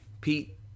Pete